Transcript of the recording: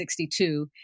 1962